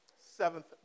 seventh